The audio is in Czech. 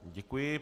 Děkuji.